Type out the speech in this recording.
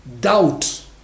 doubt